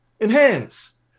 enhance